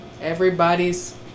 everybody's